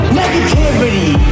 negativity